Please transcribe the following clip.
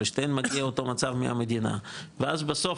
לשתיהן מגיע אותו דבר מהמדינה ואז בסוף